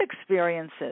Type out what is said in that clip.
experiences